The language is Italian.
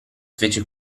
fece